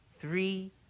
three